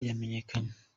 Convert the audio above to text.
yamenyekanye